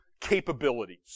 capabilities